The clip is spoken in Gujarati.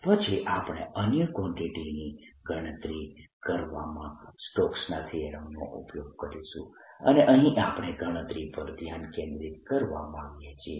પછી આપણે અન્ય કવાન્ટીટીઝ ની ગણતરી કરવામાં સ્ટોક્સના થીયરમનો ઉપયોગ કરીશું અને અહીં આપણે ગણતરી પર ધ્યાન કેન્દ્રિત કરવા માગીએ છીએ